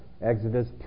Exodus